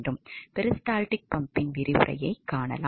peristaltic பம்பின் விரிவுரையை காணலாம்